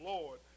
Lord